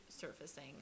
surfacing